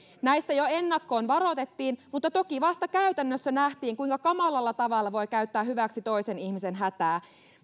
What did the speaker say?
näistä jo ennakkoon varoitettiin mutta toki vasta käytännössä nähtiin kuinka kamalalla tavalla voi käyttää hyväksi toisen ihmisen hätää